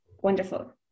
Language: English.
wonderful